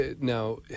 Now